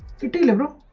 to to long